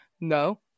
No